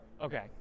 Okay